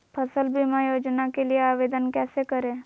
फसल बीमा योजना के लिए आवेदन कैसे करें?